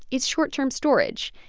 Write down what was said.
it's short-term storage.